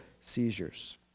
seizures